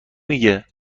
میگه